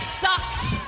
sucked